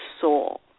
soul